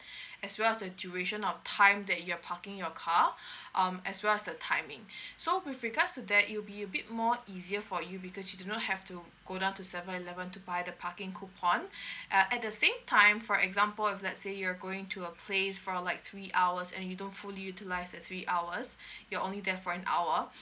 as well as the duration of time that you've parking your car um as well as the timing so with regards to that it will be a bit more easier for you because you do not have to go down to seven eleven to buy the parking coupon uh at the same time for example if let's say you are going to a place for like three hours and you don't fully utilise the three hours you're only there for an hour